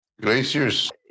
Glaciers